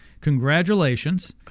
Congratulations